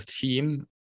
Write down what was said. team